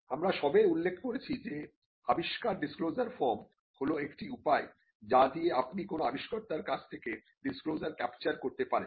আমরা সবে উল্লেখ করেছি যে আবিষ্কার ডিসক্লোজার ফর্ম হলো একটি উপায় যা দিয়ে আপনি কোন আবিষ্কর্তার কাছ থেকে ডিসক্লোজার ক্যাপচার করতে পারেন